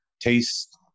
taste